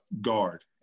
guard